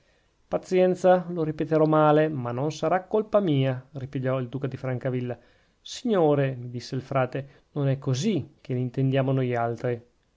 pazienza lo ripeterò male ma non sarà colpa mia ripigliò il duca di francavilla signore mi disse il frate non è così che l'intendiamo noi altri